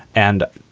and,